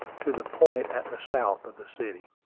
to the point at the south of the city.